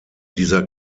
dieser